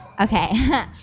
Okay